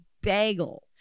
bagel